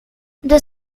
deux